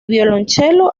violonchelo